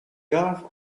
gav